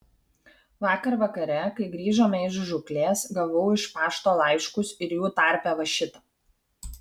vakar vakare kai grįžome iš žūklės gavau iš pašto laiškus ir jų tarpe va šitą